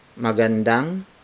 magandang